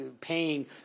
paying